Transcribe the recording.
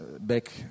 back